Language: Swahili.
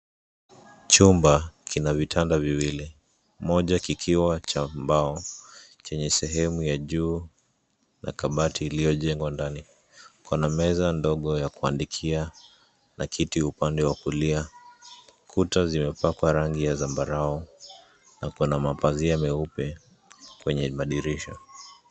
Chumba, kina vitanda viwili. Moja kikiwa cha mbao, chenye sehemu ya juu, na kabati iliyojengwa ndani. Kuna meza ndogo ya kuandikia, na kiti upande wa kulia. Kuta zimepakwa rangi ya zambarau, na kuna mapazia meupe, kwenye madirisha.